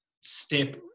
Step